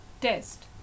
test